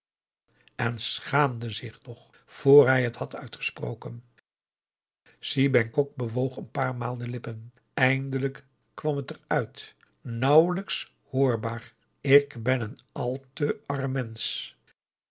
en schaamde zich nog vor hij het had uitgesproken si bengkok bewoog een paar maal de lippen eindelijk kwam het er uit nauwelijks hoorbaar ik ben een al te arm mensch